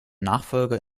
nachfolger